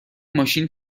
ماشین